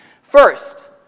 First